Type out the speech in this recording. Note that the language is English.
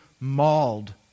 mauled